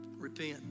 repent